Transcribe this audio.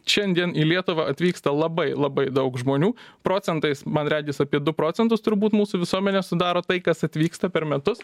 šiandien į lietuvą atvyksta labai labai daug žmonių procentais man regis apie du procentus turbūt mūsų visuomenės sudaro tai kas atvyksta per metus